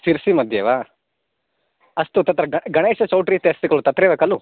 सिर्सि मध्ये वा अस्तु तत्र ग गणेशचौट्रि इति अस्ति खलु तत्रेव खलु